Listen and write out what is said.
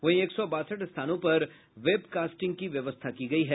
वहीं एक सौ बासठ स्थानों पर वेबकॉस्टिंग की व्यवस्था की गयी है